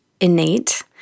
innate